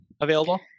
available